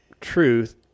truth